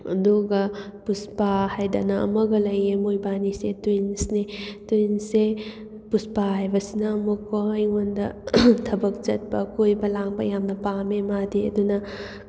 ꯑꯗꯨꯒ ꯄꯨꯁꯄꯥ ꯍꯥꯏꯗꯅ ꯑꯃꯒ ꯂꯩꯌꯦ ꯃꯣꯏꯕꯥꯅꯤꯁꯦ ꯇ꯭ꯋꯤꯟꯁꯅꯦ ꯇꯋꯤꯟꯁꯁꯦ ꯄꯨꯁꯄꯥ ꯍꯥꯏꯕꯁꯤꯅ ꯑꯃꯨꯛꯀꯣ ꯑꯩꯉꯣꯟꯗ ꯊꯕꯛ ꯆꯠꯄ ꯀꯣꯏꯕ ꯂꯥꯡꯕ ꯌꯥꯝꯅ ꯄꯥꯝꯃꯦ ꯑꯗꯨꯅ ꯃꯥꯗꯤ ꯑꯗꯨꯅ